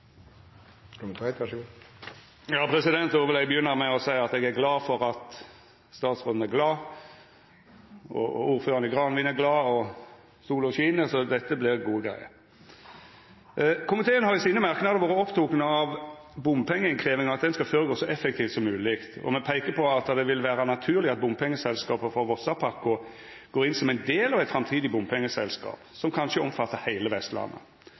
sola skin, så dette vert gode greier. Komiteen har i merknadene sine vore oppteken av at bompengeinnkrevjinga skal gå føre seg så effektivt som mogleg. Me peiker på at det vil vera naturleg at bompengeselskapet for Vossapakko går inn som ein del av eit framtidig bompengeselskap som kanskje omfattar heile Vestlandet.